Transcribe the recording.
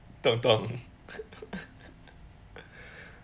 大洞